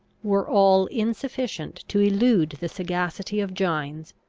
were all insufficient to elude the sagacity of gines,